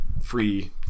free